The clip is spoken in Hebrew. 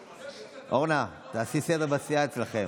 אורנה, תעשי סדר בסיעה אצלכם.